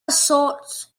sort